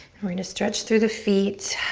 and we're gonna stretch through the feet.